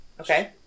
okay